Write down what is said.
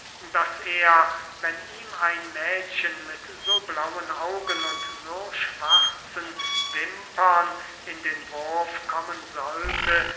daß er wenn ihm ein mädchen mit so blauen augen und so schwarzen wimpern in den wurf kommen sollte